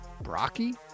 Brocky